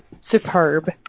superb